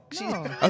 No